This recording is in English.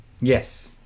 Yes